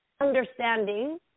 understanding